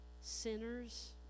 sinners